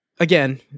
Again